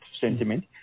sentiment